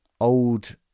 old